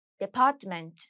department 、